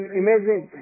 imagine